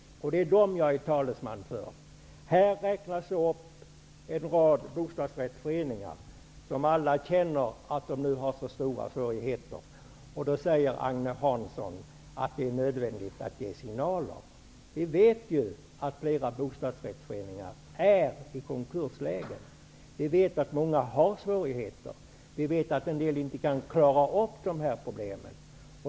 Det är dessa människor som jag är talesman för. Här räknas upp en rad bostadsrättsföreningar, som alla känner att de nu har för stora svårigheter. Då säger Agne Hansson att det är nödvändigt att ge signaler. Vi vet ju att flera bostadsrättsföreningar är i konkursläge. Vi vet att många har svårigheter. Vi vet att en del av dem inte kan klara av dessa problem.